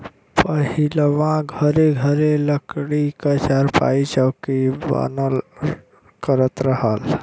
पहिलवां घरे घरे लकड़ी क चारपाई, चौकी बनल करत रहल